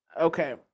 Okay